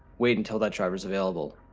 wait until that driver is available.